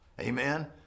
Amen